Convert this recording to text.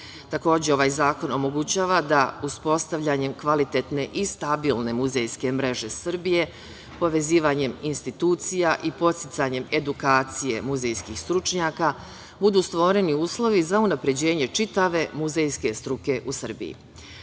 baštine. Takođe, ovaj zakon omogućava da uspostavljanjem kvalitetne i stabilne muzejske mreže Srbije, povezivanjem institucija i podsticanjem edukacije muzejskih stručnjaka, budu stvoreni uslovi za unapređenje čitave muzejske struke u Srbiji. Zakon